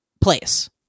place